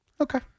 Okay